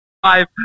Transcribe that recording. Five